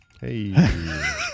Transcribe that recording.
Hey